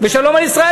ושלום על ישראל.